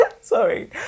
Sorry